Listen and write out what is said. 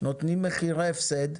נותנים מחירי הפסד,